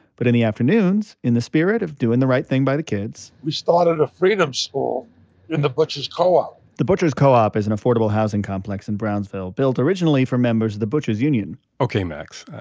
but in the afternoons, in the spirit of doing the right thing by the kids. we started a freedom school in the butchers' co-op the butchers' co-op is an affordable housing complex in brownsville built originally for members of the butchers union ok, max.